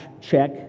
check